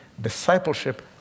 Discipleship